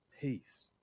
peace